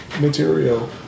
material